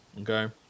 okay